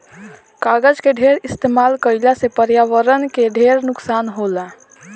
कागज के ढेर इस्तमाल कईला से पर्यावरण के ढेर नुकसान होला